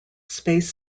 space